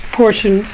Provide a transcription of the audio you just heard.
portion